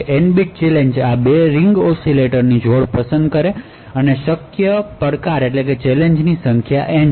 N bit challenge આ 2 ring ઓસિલેટરની જોડ પસંદ કરે છે અને શક્ય પડકારોની સંખ્યા N છે